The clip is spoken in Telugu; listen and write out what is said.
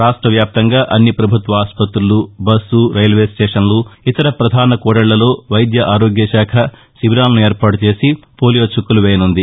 రాష్ట వ్యాప్తంగా అన్ని ప్రభుత్వ ఆసుపత్రులు బస్సు రైల్వే స్టేషన్లు ఇతర ప్రధాన కూడళ్లల్లో వైద్య ఆరోగ్య శాఖ శిబీరాలను ఏర్పాటు చేసి పోలియో చుక్కలు వేయనున్నది